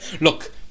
Look